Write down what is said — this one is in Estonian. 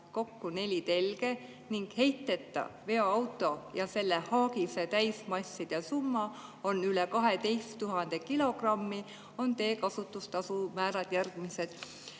neli telge ning heiteta veoauto ja selle haagise täismasside summa on üle 12 000 kilogrammi, on teekasutustasu määrad järgmised.